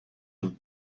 dut